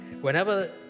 Whenever